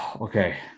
Okay